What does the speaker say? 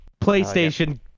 PlayStation